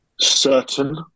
certain